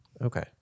Okay